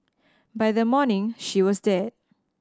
by the morning she was dead